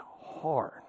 hard